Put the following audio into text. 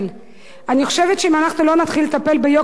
אני חושבת שאם אנחנו לא נתחיל לטפל ביוקר המחיה פה,